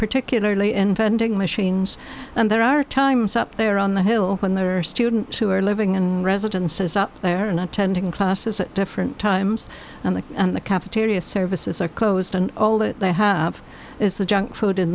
particularly in vending machines and there are times up there on the hill when there are students who are living in residences up there and attending classes at different times and the and the cafeteria services are closed and all that they have is the junk food in